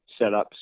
setups